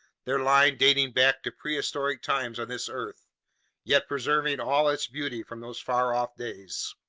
their line dating back to prehistoric times on this earth yet preserving all its beauty from those far-off days.